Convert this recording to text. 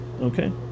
Okay